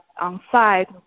on-site